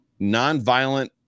nonviolent